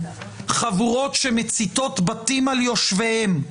חבורות שמציתות בתים על יושביהם,